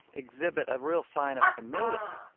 exhibit a real sign of humility.